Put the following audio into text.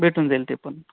भेटून जाईल ते पण